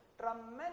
tremendous